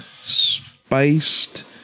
spiced